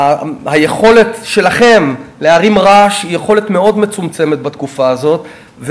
היכולת שלכם להרים רעש היא יכולת מאוד מצומצמת בתקופה הזאת,